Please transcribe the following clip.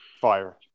fire